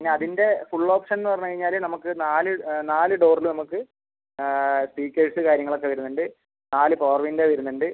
പിന്നെ അതിൻ്റെ ഫുൾ ഓപ്ഷൻന്ന് പറഞ്ഞ് കഴിഞ്ഞാൽ നമുക്ക് നാല് നാല് ഡോറിൽ നമുക്ക് ഫീച്ചേഴ്സ് കാര്യങ്ങളൊക്കെ വരുന്നുണ്ട് നാല് പവർ വിൻഡോ വരുന്നുണ്ട്